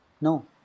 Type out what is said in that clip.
No